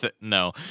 no